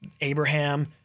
Abraham